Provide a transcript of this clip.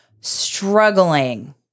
struggling